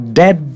dead